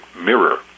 mirror